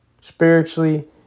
spiritually